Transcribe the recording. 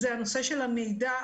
זה הנושא של המידע,